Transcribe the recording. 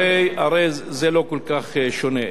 הרי זה לא כל כך שונה,